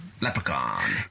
Leprechaun